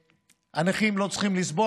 והנכים לא צריכים לסבול.